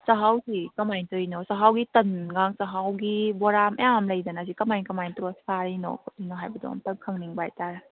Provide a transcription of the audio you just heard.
ꯆꯥꯛꯍꯥꯎꯁꯤ ꯀꯃꯥꯏꯅ ꯇꯧꯔꯤꯅꯣ ꯆꯥꯛꯍꯥꯎꯒꯤ ꯇꯟꯒ ꯍꯥꯎꯒꯤ ꯆꯥꯛꯍꯥꯎꯒꯤ ꯕꯣꯔꯥ ꯃꯌꯥꯝ ꯂꯩꯗꯅꯁꯤ ꯀꯃꯥꯏ ꯀꯃꯥꯏꯅ ꯇꯧꯔ ꯁꯥꯔꯤꯅꯣ ꯈꯣꯠꯂꯤꯅꯣ ꯍꯥꯏꯕꯗꯣ ꯑꯝꯇ ꯈꯪꯅꯤꯡꯕ ꯍꯥꯏꯇꯥꯔꯦ